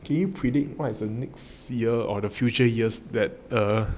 can you predict what is the next year or the future year that err